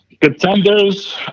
Contenders